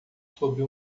sobre